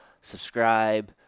subscribe